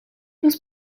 was